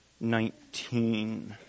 nineteen